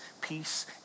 peace